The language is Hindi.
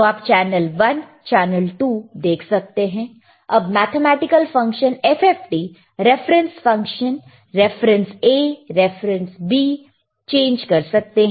तो आप चैनल 1 चैनल 2 देख सकते हैं अब mathematics function FFT reference function reference A reference B change कर सकते हैं